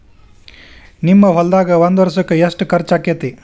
ನಿಮ್ಮ ಹೊಲ್ದಾಗ ಒಂದ್ ವರ್ಷಕ್ಕ ಎಷ್ಟ ಖರ್ಚ್ ಆಕ್ಕೆತಿ?